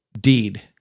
Deed